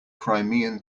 crimean